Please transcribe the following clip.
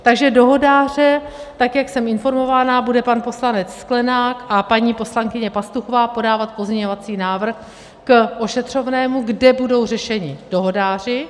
Takže dohodáře tak jak jsem informovaná, bude pan poslanec Sklenák a paní poslankyně Pastuchová podávat pozměňovací návrh k ošetřovnému, kde budou řešeni dohodáři.